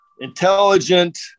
intelligent